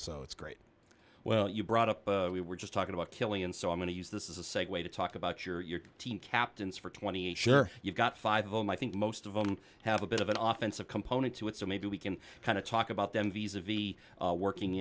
so it's great well you brought up we were just talking about killing and so i'm going to use this is a segue to talk about your team captains for twenty eight sure you've got five of them i think most of them have a bit of an office of component to it so maybe we can kind of talk about them visa v working